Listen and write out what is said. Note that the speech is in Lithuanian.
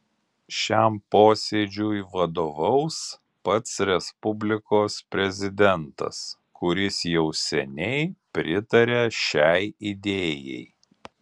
šiam posėdžiui vadovaus pats respublikos prezidentas kuris jau seniai pritaria šiai idėjai